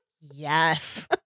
Yes